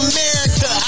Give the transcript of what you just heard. America